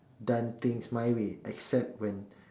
done things my way except when